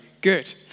good